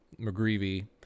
McGreevy